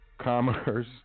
commerce